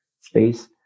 space